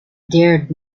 dared